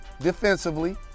defensively